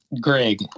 Greg